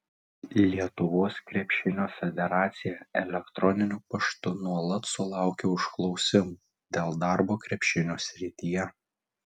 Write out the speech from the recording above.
lietuvos krepšinio federacija elektroniniu paštu nuolat sulaukia užklausimų dėl darbo krepšinio srityje